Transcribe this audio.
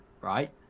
right